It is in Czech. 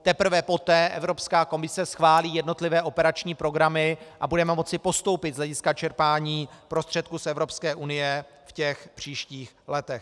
Teprve poté Evropská komise schválí jednotlivé operační programy a budeme moci postoupit z hlediska čerpání prostředků z Evropské unie v těch příštích letech.